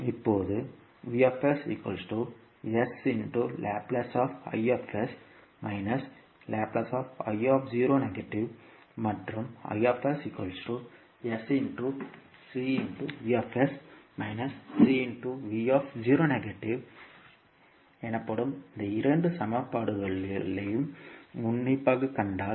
இப்போது மற்றும் எனப்படும் இந்த இரண்டு சமன்பாடுகளையும் உன்னிப்பாகக் கண்டால்